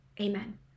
Amen